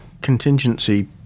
contingency